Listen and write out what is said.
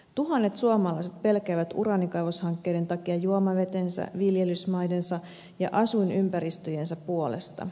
tuhannet suomalaiset pelkäävät uraanikaivoshankkeiden takia juomavetensä viljelysmaidensa ja asuinympäristöjensä puolesta